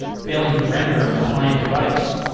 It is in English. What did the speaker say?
failing to render on the client device.